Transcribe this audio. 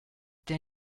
der